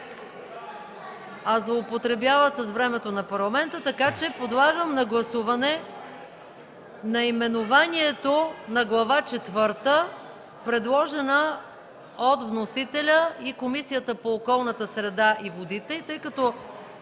а злоупотребяват с времето на Парламента. Подлагам на гласуване наименованието на Глава четвърта, предложено от вносителя и Комисията по околната среда и водите.